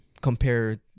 compare